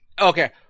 okay